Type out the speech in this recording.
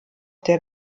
der